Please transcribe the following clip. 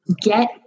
get